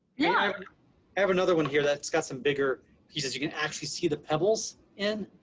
yeah i have another one here that's got some bigger pieces. you can actually see the pebbles in.